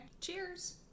Cheers